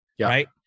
right